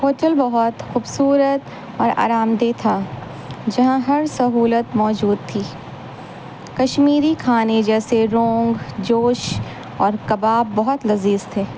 hotel بہت خوبصورت اور آرام دہ تھا جہاں ہر سہولت موجود تھی کشمیری کھانے جیسے رونگ جوش اور کباب بہت لذیذ تھے